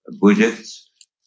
budgets